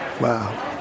wow